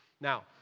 Now